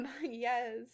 Yes